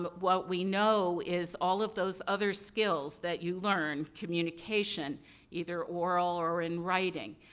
but what we know is all of those other skills that you learn communication either oral or in writing,